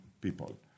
people